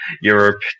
Europe